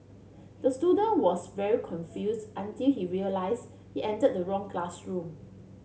the student was very confused until he realised he entered the wrong classroom